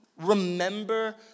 remember